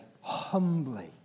humbly